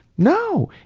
no,